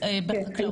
אז מה עשינו?